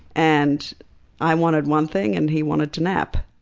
and i wanted one thing, and he wanted to nap.